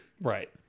Right